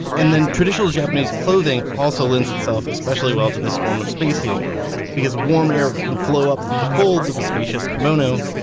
and then, traditional japanese clothing also lends itself especially well to this form of space heating because warm air can flow up through the folds of a spacious kimono,